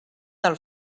del